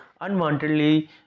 unwantedly